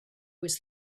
was